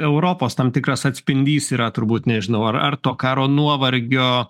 europos tam tikras atspindys yra turbūt nežinau ar ar to karo nuovargio